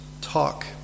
talk